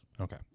Okay